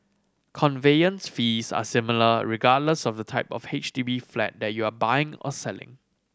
conveyance fees are similar regardless of the type of H D B flat that you are buying or selling